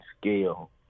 scale